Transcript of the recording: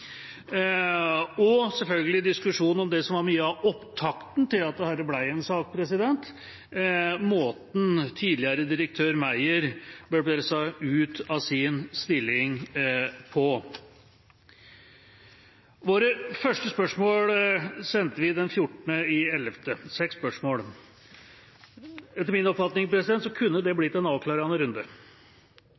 og selvfølgelig diskusjon om det som var mye av opptakten til at dette ble en sak – måten tidligere direktør Meyer ble presset ut av sin stilling på. Våre første spørsmål sendte vi den 14. november 2017 – seks spørsmål. Etter min oppfatning kunne det blitt en avklarende runde.